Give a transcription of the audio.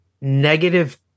negative